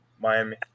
Miami